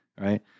Right